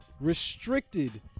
restricted